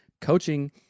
coaching